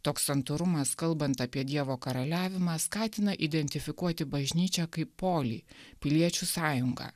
toks santūrumas kalbant apie dievo karaliavimą skatina identifikuoti bažnyčią kaip polį piliečių sąjungą